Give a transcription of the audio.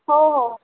हो हो